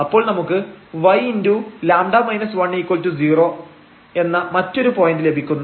അപ്പോൾ നമുക്ക് yλ 10 എന്ന മറ്റൊരു പോയന്റ് ലഭിക്കുന്നു